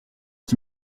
qui